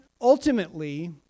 Ultimately